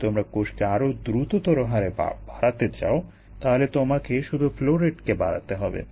যদি তোমরা কোষকে আরো দ্রুততর হারে বাড়াতে চাই তাহলে তোমাকে শুধু ফ্লো রেট কে বাড়াতে হবে